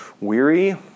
weary